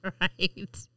Right